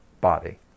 body